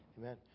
Amen